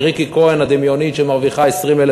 בריקי כהן הדמיונית שמרוויחה 20,000